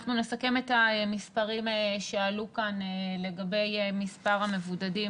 אנחנו נסכם את המספרים שעלו כאן לגבי מספר המבודדים